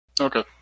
Okay